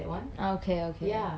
okay okay